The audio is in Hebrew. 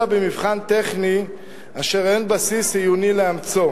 אלא במבחן טכני אשר אין בסיס עיוני לאמצו